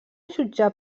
jutjar